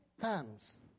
comes